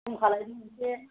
खम खालामदो एसे